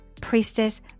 priestess